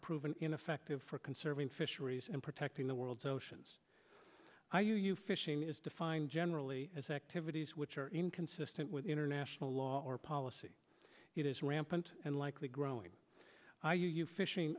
proven ineffective for conserving fisheries and protecting the world's oceans are you fishing is defined generally as activities which are inconsistent with international law or policy it is rampant and likely growing are you fishing